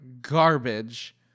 garbage